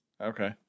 Okay